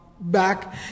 back